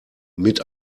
mit